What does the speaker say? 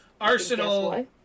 Arsenal